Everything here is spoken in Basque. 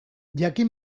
jakin